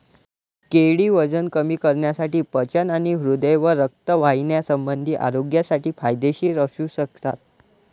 केळी वजन कमी करण्यासाठी, पचन आणि हृदय व रक्तवाहिन्यासंबंधी आरोग्यासाठी फायदेशीर असू शकतात